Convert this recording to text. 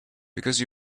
because